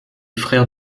frère